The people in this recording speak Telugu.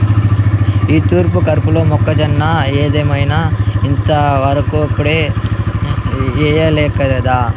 ఈ తూరి కరీఫ్లో మొక్కజొన్న ఏద్దామన్నా ఇంతవరకెప్పుడూ ఎయ్యలేకదా